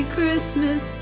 Christmas